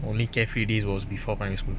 only carefree days was before primary school